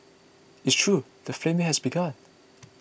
it's true the flaming has begun